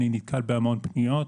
אני נתקבל בהרבה פניות.